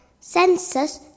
census